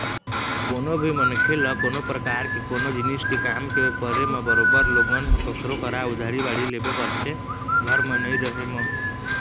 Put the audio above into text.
कोनो भी मनखे ल कोनो परकार ले कोनो जिनिस के काम के परे म बरोबर लोगन ह कखरो करा उधारी बाड़ही लेबे करथे घर म नइ रहें म